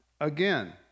again